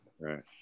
Right